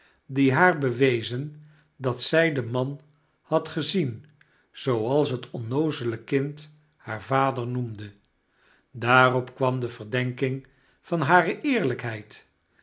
die haar bewezen dat zy den man had gezien zooals het onnoozele kind haar vader noemde daarop kwam de verdenking van hare eerlykheid